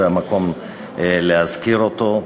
אז זה המקום להזכיר אותו.